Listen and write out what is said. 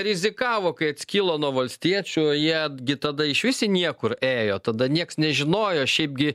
rizikavo kai atskilo nuo valstiečių jie gi tada išvis į niekur ėjo tada nieks nežinojo šiaipgi